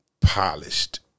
polished